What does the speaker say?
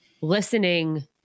listening